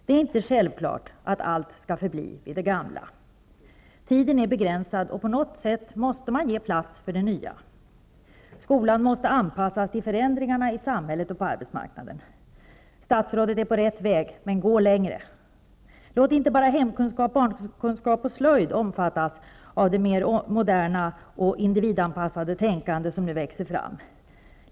Det är inte självklart att allt skall förbli vid det gamla. Tiden är begränsad, och på något sätt måste man ge plats för det nya. Skolan måste anpassas till förändringarna i samhället och på arbetsmarknaden. Statsrådet är på rätt väg -- men gå längre! Låt inte bara hemkunskap, barnkunskap och slöjd omfattas av det mera moderna och individanpassade tänkande som nu växer fram!